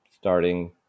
starting